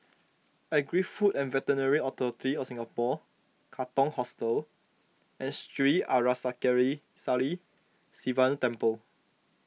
Agri Food and Veterinary Authority of Singapore Katong Hostel and Sri Arasakesari Sivan Temple